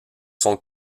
sont